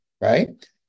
Right